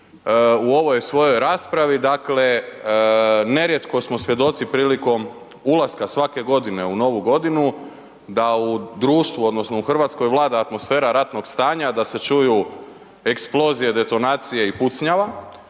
u ovoj svojoj raspravi. Dakle, nerijetko smo svjedoci prilikom ulaska svake godine u novu godinu da u društvu, odnosno u Hrvatskoj vlada atmosfera ratnog stanja, da se čuju eksplozije, detonacije i pucnjava